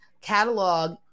catalog